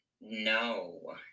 no